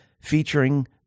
featuring